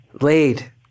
laid